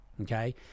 okay